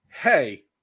hey